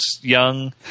young